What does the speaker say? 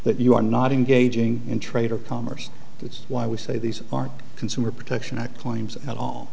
that you are not engaging in trade or commerce it's why we say these aren't consumer protection act claims at all